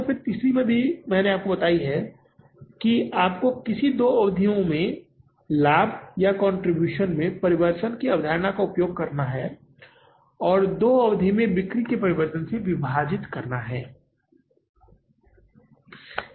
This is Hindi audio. फिर तीसरी विधि मैंने आपको बताई कि आपको किसी दो अवधि में लाभ या कंट्रीब्यूशन में परिवर्तन की अवधारणा का उपयोग करना है और दो अवधि में बिक्री में परिवर्तन से विभाजित करना है